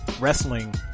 wrestling